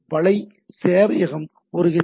வலை சேவையகம் ஒரு ஹெச்